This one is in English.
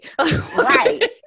Right